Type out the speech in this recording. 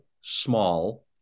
small